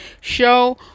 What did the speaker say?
show